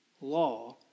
law